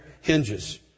hinges